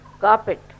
carpet